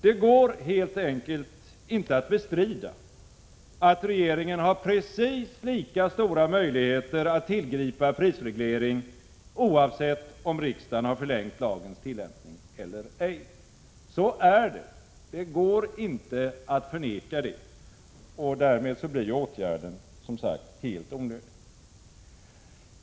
Det går helt enkelt inte att bestrida att regeringen har precis lika stora möjligheter att tillgripa prisreglering oavsett om riksdagen har förlängt lagens tillämpning eller ej. Så är det. Det går inte att förneka det. Därmed blir åtgärden som sagt helt onödig.